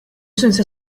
sense